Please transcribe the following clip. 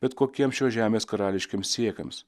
bet kokiems šios žemės karališkiems siekiams